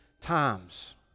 times